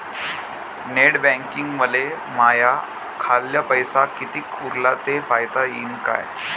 Net बँकिंगनं मले माह्या खाल्ल पैसा कितीक उरला थे पायता यीन काय?